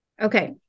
Okay